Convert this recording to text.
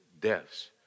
deaths